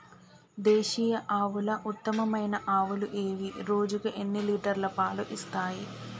దేశీయ ఆవుల ఉత్తమమైన ఆవులు ఏవి? రోజుకు ఎన్ని లీటర్ల పాలు ఇస్తాయి?